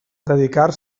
dedicar